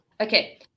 okay